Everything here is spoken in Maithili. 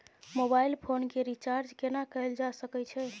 मोबाइल फोन के रिचार्ज केना कैल जा सकै छै?